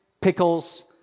pickles